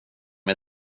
mig